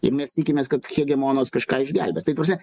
ir mes tikimės kad hegemonas kažką išgelbės tai ta prasme